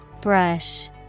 Brush